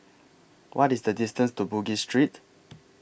What IS The distance to Bugis Street